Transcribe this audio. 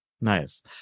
Nice